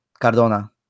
Cardona